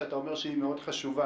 שאתה אומר שהיא מאוד חשובה.